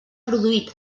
produït